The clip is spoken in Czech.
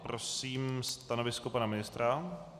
Prosím stanovisko pana ministra?